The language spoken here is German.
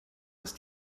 ist